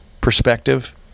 perspective